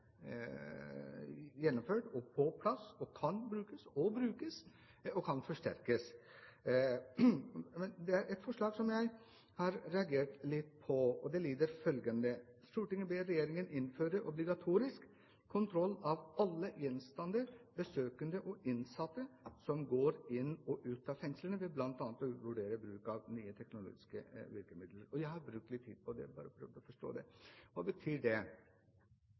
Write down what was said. gjennomført og på plass og kan brukes og forsterkes. Men det er et forslag som jeg har reagert litt på, og det lyder som følger: «Stortinget ber regjeringen innføre obligatorisk kontroll av alle gjenstander, besøkende og innsatte som går inn og ut av fengselet ved blant annet å vurdere bruk av nye teknologiske virkemidler.» Jeg har brukt litt tid på det for å prøve å forstå det. Hva betyr det?